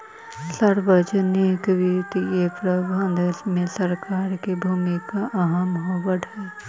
सार्वजनिक वित्तीय प्रबंधन में सरकार के भूमिका अहम होवऽ हइ